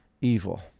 evil